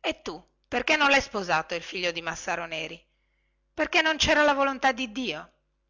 e tu perchè non lhai sposato il figlio di massaro neri perchè non cera la volontà di dio